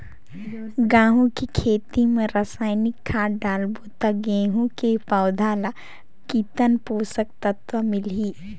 गंहू के खेती मां रसायनिक खाद डालबो ता गंहू के पौधा ला कितन पोषक तत्व मिलही?